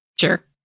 Sure